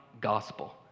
gospel